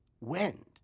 wind